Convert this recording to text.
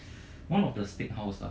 one of the steak house lah